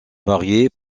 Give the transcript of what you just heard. variés